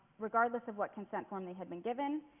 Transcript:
regardless of what consent form they had been given.